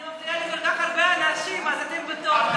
אני מפריעה לכל כך הרבה אנשים, אז אתם בתור.